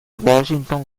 washington